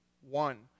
one